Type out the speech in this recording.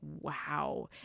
wow